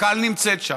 קק"ל נמצאת שם,